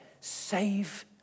save